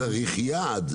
צריך יעד.